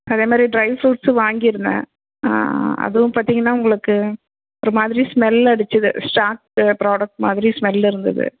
அதேமாதிரி ட்ரை ஃப்ரூட்ஸும் வாங்கியிருந்தேன் அதுவும் பார்த்தீங்கன்னா உங்களுக்கு ஒரு மாதிரி ஸ்மெல் அடிச்சுது ஸ்டாக் ப்ராடக்ட் மாதிரி ஸ்மெல் இருந்துது